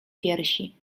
piersi